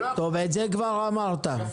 את זה כבר אמרת.